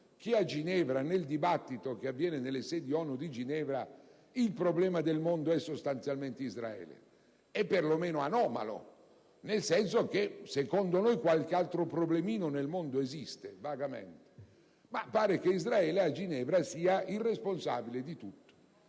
che nel dibattito che avviene nelle sedi ONU di Ginevra il problema del mondo sia sostanzialmente Israele. È perlomeno anomalo, nel senso che secondo noi qualche altro problemino nel mondo vagamente esiste. Ma pare che a Ginevra Israele sia considerato il responsabile di tutto